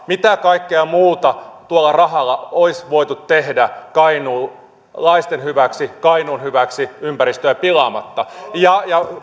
mitä kaikkea muuta tuolla rahalla olisi voitu tehdä kainuulaisten hyväksi kainuun hyväksi ympäristöä pilaamatta